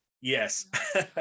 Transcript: Yes